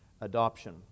adoption